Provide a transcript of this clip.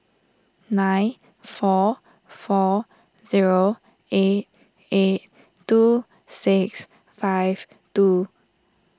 nine four four zero eight eight two six five two